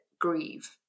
grieve